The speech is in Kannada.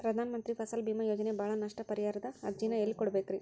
ಪ್ರಧಾನ ಮಂತ್ರಿ ಫಸಲ್ ಭೇಮಾ ಯೋಜನೆ ಬೆಳೆ ನಷ್ಟ ಪರಿಹಾರದ ಅರ್ಜಿನ ಎಲ್ಲೆ ಕೊಡ್ಬೇಕ್ರಿ?